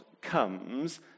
comes